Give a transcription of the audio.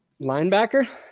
Linebacker